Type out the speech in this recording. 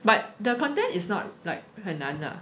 but the content is not like 很难啊